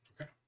Okay